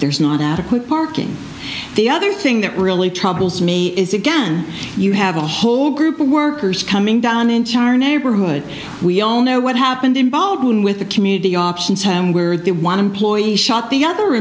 there's not adequate parking the other thing that really troubles me is again you have a whole group of workers coming down in charney neighborhood we all know what happened in baldwin with the community options where they want to employ a shot the other